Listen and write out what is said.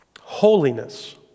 Holiness